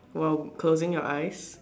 while closing your eyes